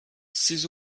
six